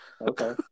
Okay